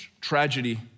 tragedy